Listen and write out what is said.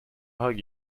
hug